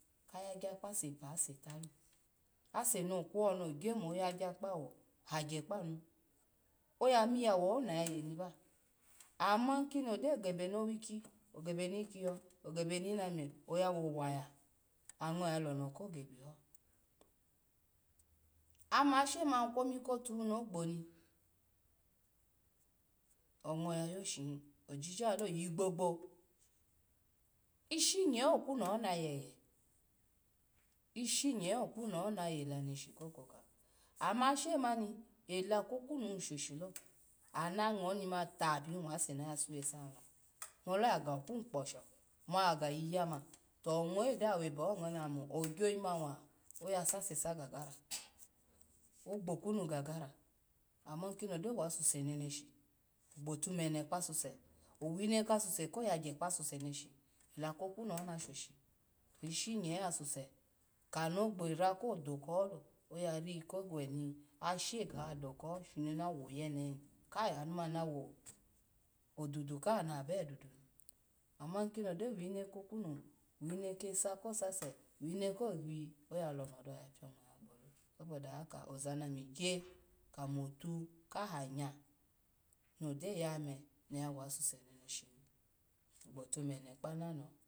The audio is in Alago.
Aga ya gyo kpo sepa ase talo, ese no kwo no gyo mo, oya gyo kpawo hagya kpanu, oya miyawu ho na yeni ba ama kini ogyo gebeni owihi, ogebeni ikiyo ogebeni ineme, oya wu wa ya, ango yalono ko pio pia, ama ashe ma kwomi kotu hi no gbo ni. Ongo yayo shihi ojije lalo ivi gbogbo ishinye okunu ho na yeye, ishinye okunu ho nayela neshi kokoka, ama she mani ela ko kunu shishlo, ana ngo oni ta pini oya suwesa la, molo yaga okunu gbosha moyaga iyi yama, to ongo oye gyo webe ho oya mo gyo yi ma ni wa, oyasasesa gagara ogboku gagara, ama kini ogyo wa suse neneshi, gbotu mene kpa suse, owine kasuse ko yagya kpa suse neshi ela ko kunuho na shoshi, ishinye asuse hano gbera ko dokaholo, oyari koweni ase ga doka, shini ona woyenehi, ka anu ma na wu dubu kaha na be dubu ni, ama kino do wine ko kunu wine, wine kese ko sase, wine kowi oyalono dawo, so boda ka oza na mi gya kamo tu kaha nya, nogyo yame nawa suse neneshi ni gbotu mene kpanoho.